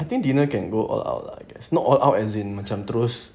I think dinenr can go all out lah I guess not all out as in macam terus